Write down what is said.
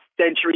Century